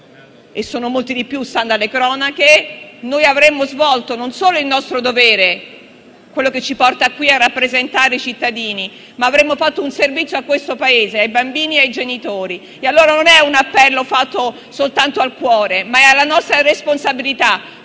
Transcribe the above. sono molti di più, stando alle cronache), non solo avremmo svolto il nostro dovere, quello che ci porta qui a rappresentare i cittadini, ma avremmo assicurato un servizio al Paese, ai bambini e ai genitori. Non è allora un appello fatto soltanto al cuore, ma alla nostra responsabilità